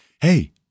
Hey